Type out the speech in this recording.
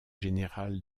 général